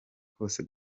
kose